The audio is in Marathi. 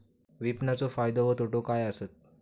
विपणाचो फायदो व तोटो काय आसत?